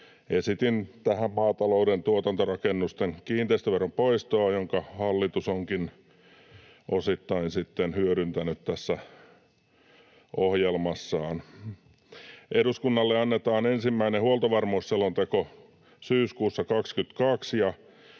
Esitin tähän maatalouden tuotantorakennusten kiinteistöveron poistoa, jonka hallitus onkin osittain hyödyntänyt ohjelmassaan. Eduskunnalle annetaan ensimmäinen huoltovarmuusselonteko syyskuussa 22.